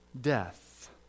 death